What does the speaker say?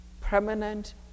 permanent